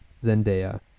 Zendaya